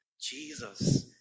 Jesus